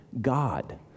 God